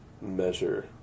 measure